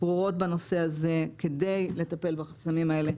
ברורות בנושא הזה כדי לטפל בחסמים האלה.